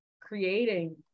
creating